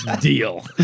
Deal